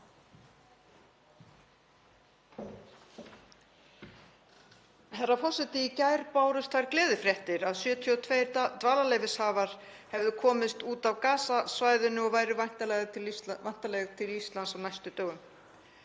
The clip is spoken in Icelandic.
Herra forseti. Í gær bárust þær gleðifréttir að 72 dvalarleyfishafar hefðu komist út af Gaza-svæðinu og væru væntanleg til Íslands á næstu dögum.